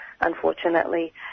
unfortunately